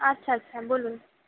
আচ্ছা আচ্ছা বলুন